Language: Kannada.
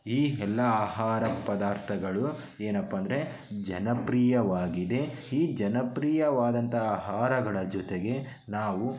ಈ ಎಲ್ಲಾ ಆಹಾರ ಪದಾರ್ಥಗಳು ಏನಪ್ಪ ಅಂದರೆ ಜನಪ್ರೀಯವಾಗಿದೆ ಈ ಜನಪ್ರೀಯವಾದಂಥ ಆಹಾರಗಳ ಜೊತೆಗೆ ನಾವು